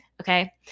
okay